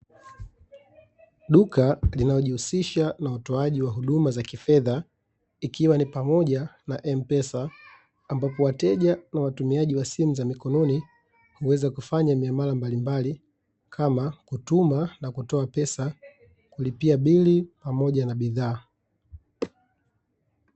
Duka linalojihusisha na utoaji wa huduma za kifedha ikiwa ni pamoja na M-Pesa, ambapo wateja na watumiaji wa simu za mikononi huweza kufanya miamala mbalimbali kama: kutuma na kutoa pesa, kulipia bili pamoja na bidhaa.